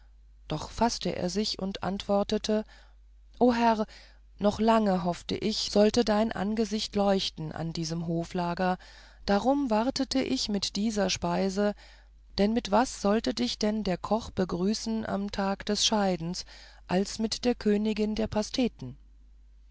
doch faßte er sich und antwortete o herr noch lange hoffte ich sollte dein angesicht leuchten an diesem hoflager darum wartete ich mit dieser speise denn mit was sollte dich denn der koch begrüßen am tage des scheidens als mit der königin der pasteten